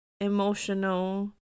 emotional